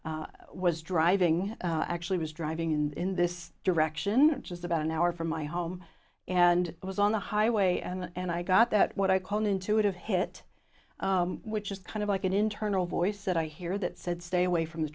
recently was driving actually was driving in this direction just about an hour from my home and i was on the highway and i got that what i call an intuitive hit which is kind of like an internal voice that i hear that said stay away from the